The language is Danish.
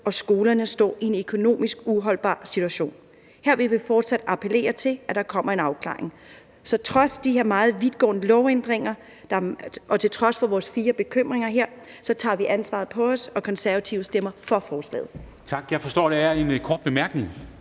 og skolerne står i en økonomisk uholdbar situation. Her vil vi fortsat appellere til, at der kommer en afklaring. Så trods de her meget vidtgående lovændringer og til trods for vores fire bekymringer her tager vi ansvaret på os, og Konservative stemmer for forslaget. Kl. 10:27 Formanden (Henrik